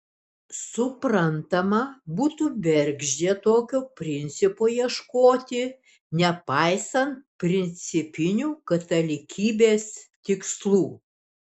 suprantama būtų bergždžia tokio principo ieškoti nepaisant principinių katalikybės tikslų